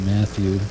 Matthew